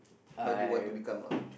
what you want to become lah